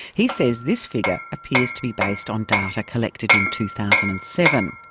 he says this figure appears to be based on data collected in two thousand and seven.